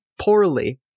poorly